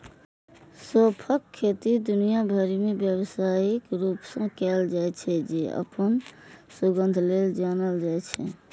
सौंंफक खेती दुनिया भरि मे व्यावसायिक रूप सं कैल जाइ छै, जे अपन सुगंध लेल जानल जाइ छै